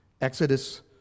Exodus